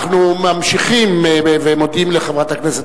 אנחנו ממשיכים ומודים לחברת הכנסת